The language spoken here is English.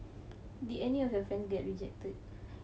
did any of your friend get rejected